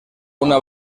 una